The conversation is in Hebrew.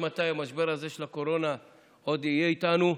מתי המשבר הזה של הקורונה עוד יהיה איתנו.